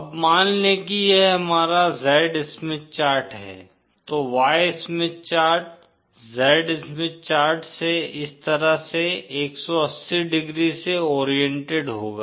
अब मान लें कि यह हमारा Z स्मिथ चार्ट है तो Y Smith chart Z Smith chart से इस तरह से 180 ° से ओरिएंटेड होगा